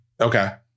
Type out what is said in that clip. Okay